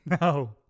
No